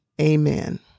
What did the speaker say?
Amen